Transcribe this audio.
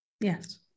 yes